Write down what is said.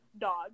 dog